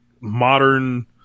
modern